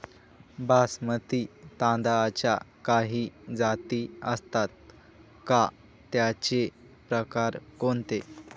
बासमती तांदळाच्या काही जाती असतात का, त्याचे प्रकार कोणते?